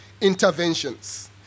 interventions